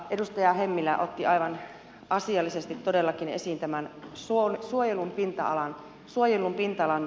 edustaja hemmilä otti aivan asiallisesti todellakin esiin tämän suojellun pinta alan